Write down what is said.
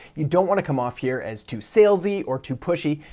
you don't want to come off here as too salesy or too pushy,